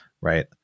right